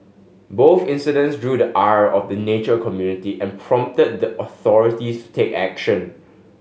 both incidents drew the ire of the nature community and prompted the authorities to take action